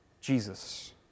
Jesus